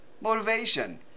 Motivation